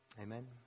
Amen